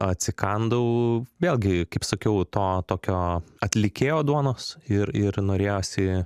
atsikandau vėlgi kaip sakiau to tokio atlikėjo duonos ir ir norėjosi